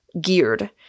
geared